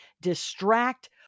distract